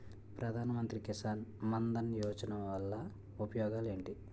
ప్రధాన మంత్రి కిసాన్ మన్ ధన్ యోజన వల్ల ఉపయోగాలు ఏంటి?